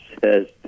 says